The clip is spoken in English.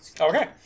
Okay